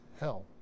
hell